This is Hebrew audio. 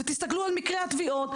תסתכלו על מקרי הטביעות,